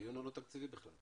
הדיון הוא לא תקציבי בכלל.